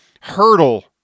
hurdle